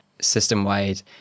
system-wide